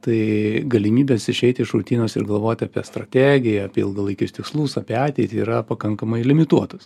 tai galimybės išeiti iš rutinos ir galvoti apie strategiją apie ilgalaikius tikslus apie ateitį yra pakankamai limituotos